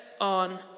on